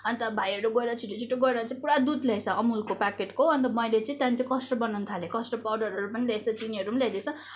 अन्त भाइहरू गएर छिटो छिटो गएर चाहिँ पुरा दुध ल्याएछ अमुलको प्याकेटको अन्त मैले चाहिँ त्यहाँदेखि त्यो कस्टर्ड बनाउन थालेँ कस्टर्ड पाउडरहरू पनि ल्याएछ चिनीहरू पनि ल्याइदिएछ